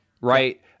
right